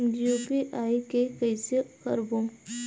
UPI के कइसे करबो?